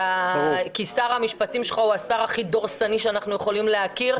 כי שר המשפטים שלך הוא השר הכי דורסני שאנחנו יכולים להכיר.